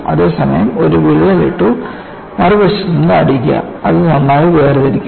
അതേസമയം ഒരു വിള്ളൽ ഇട്ടു മറുവശത്ത് നിന്ന് അടിക്കുക അത് നന്നായി വേർതിരിക്കും